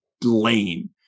lame